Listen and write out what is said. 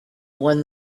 when